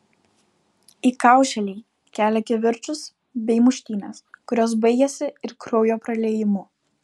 įkaušėliai kelia kivirčus bei muštynes kurios baigiasi ir kraujo praliejimu